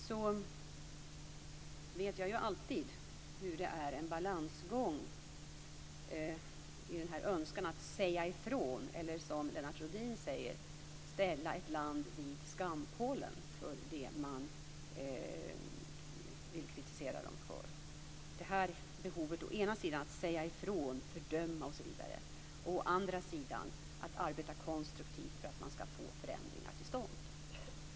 Jag vet att det alltid är en balansgång i denna önskan att säga ifrån eller, som Lennart Rohdin säger, att ställa ett land vid skampålen för det som man vill kritisera landet för. Det finns behov av att å ena sidan säga ifrån, fördöma osv. och å andra sidan arbeta konstruktivt för att få förändringar till stånd.